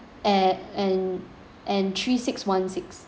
at and and three six one six